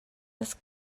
das